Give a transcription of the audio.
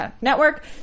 Network